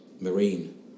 Marine